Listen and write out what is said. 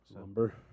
Lumber